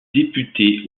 député